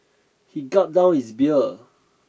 he gulped down his beer